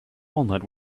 walnut